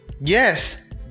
yes